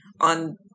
on